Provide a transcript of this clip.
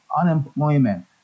unemployment